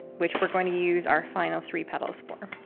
which we're going to use our final three petals for.